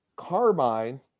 Carmine